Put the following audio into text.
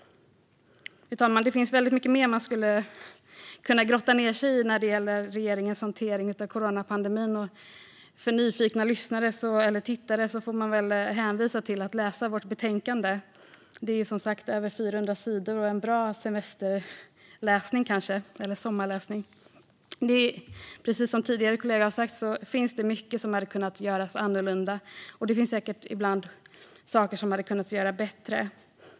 Fru talman! Det finns väldigt mycket mer man skulle kunna grotta ned sig i när det gäller regeringens hantering av coronapandemin. Nyfikna lyssnare eller tittare får väl hänvisas till att läsa vårt betänkande. Det är som sagt på över 400 sidor och blir kanske bra semester eller sommarläsning. Precis som kollegor har sagt tidigare finns det mycket som hade kunnat göras annorlunda. Det finns säkert också saker som hade kunnat göras bättre.